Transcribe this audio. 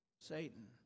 Satan